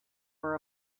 for